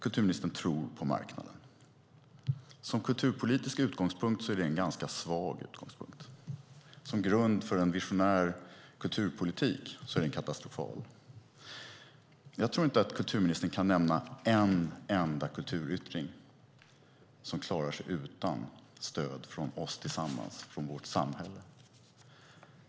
Kulturministern tror på marknaden. Som kulturpolitisk utgångspunkt är den ganska svag. Som grund för en visionär kulturpolitik är den katastrofal. Jag tror inte att kulturministern kan nämna en enda kulturyttring som klarar sig utan stöd från oss tillsammans, från samhället.